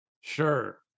Sure